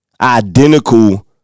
identical